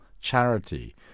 charity